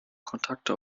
kontakte